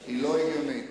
אני מציע,